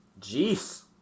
Jeez